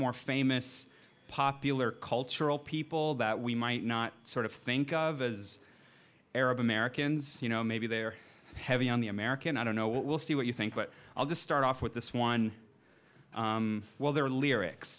more famous popular cultural people that we might not sort of think of as arab americans you know maybe they're heavy on the american i don't know we'll see what you think but i'll just start off with this one well they're lyrics